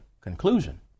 conclusion